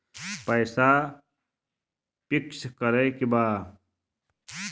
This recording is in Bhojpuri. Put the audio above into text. पैसा पिक्स करके बा?